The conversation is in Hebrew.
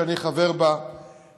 שאני חבר בה,